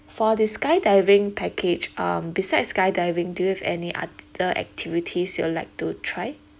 for the skydiving package um besides skydiving do you have any other activities you would like to try